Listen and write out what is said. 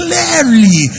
Clearly